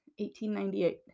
1898